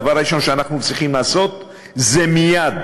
הדבר הראשון שאנחנו צריכים לעשות הוא להעלות